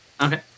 Okay